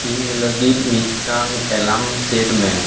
ᱤᱧ ᱞᱟᱹᱜᱤᱫ ᱢᱤᱫᱴᱟᱝ ᱮᱞᱟᱨᱢ ᱥᱮᱴ ᱢᱮ